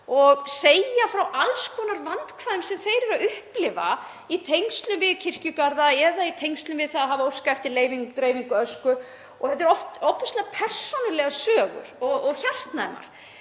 og segja frá alls konar vandkvæðum sem þeir upplifa í tengslum við kirkjugarða eða í tengslum við það að hafa óskað eftir leyfi til dreifingar ösku. Þetta er oft ofboðslega persónulegar sögur og hjartnæmar.